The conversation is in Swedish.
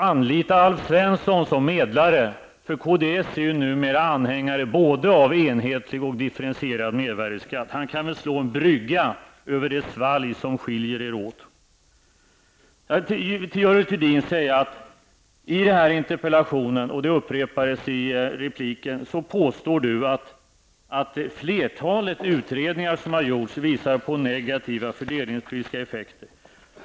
Anlita Alf Svensson som medlare. Kds är numera anhängare av både enhetlig och differentierad mervärdeskatt. Alf Svensson kan väl slå en brygga över det svalg som skiljer er åt. I sin interpellation, vilket också upprepades i repliken, påstår Görel Thurdin att flertalet av de utredningar som har gjorts visar på negativa fördelningspolitiska effekter.